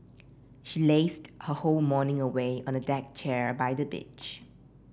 she lazed her whole morning away on the deck chair by the beach